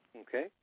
Okay